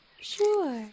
sure